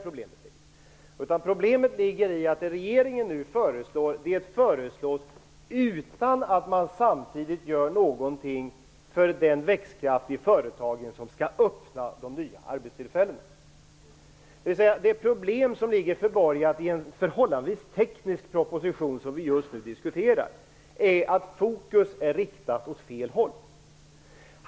Problemet ligger i stället i att det regeringen nu föreslår föreslås utan att man samtidigt gör någonting för den växtkraft i företagen som skall öppna för de nya arbetstillfällena. Det problem som ligger förborgat i en förhållandevis teknisk proposition som vi just nu diskuterar är att fokus är riktat åt fel håll.